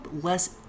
less